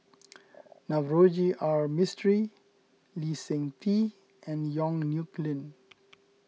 Navroji R Mistri Lee Seng Tee and Yong Nyuk Lin